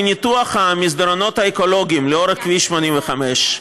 מניתוח המסדרונות האקולוגיים לאורך כביש 85,